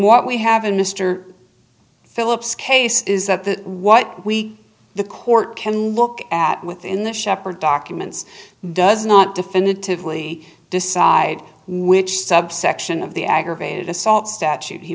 what we have in mister philip's case is that that what we the court can look at within the shepherd documents does not definitively decide which subsection of the aggravated assault statute he